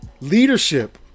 leadership